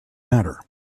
matter